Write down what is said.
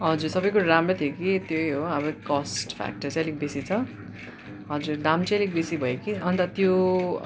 हजुर सबैकुरो राम्रै थियो कि त्यही हो अब कस्ट फ्याक्टर चाहिँ अलिक बेसी छ हजुर दाम चाहिँ अलिक बेसी भयो कि अन्त त्यो